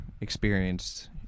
experienced